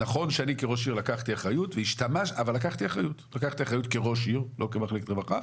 נכון שאני כראש עיר לקחתי אחריות לא כמחלקת רווחה,